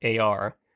AR